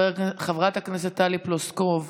חברת הכנסת טלי פלוסקוב,